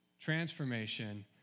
Transformation